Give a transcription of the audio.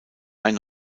ein